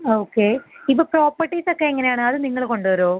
okay ഇപ്പം properties ഒക്കെ എങ്ങനെയാണ് അത് നിങ്ങൾ കൊണ്ടുവരുമോ